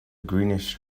greenish